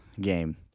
game